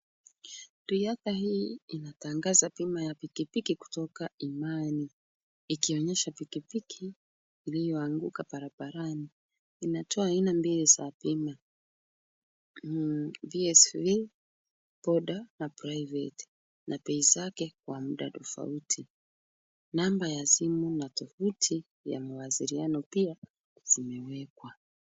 Riadha hii inatangaza bima ya pikipiki kutoka Imani. Ikionyesha pikipiki, iliyoanguka barabarani. Inatoa aina mbili za bima. BSV. Boda na Private. Na bei zake kwa muda tofauti. Namba ya simu na tovuti, ya mawasiliano pia zimewekwa.